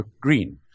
green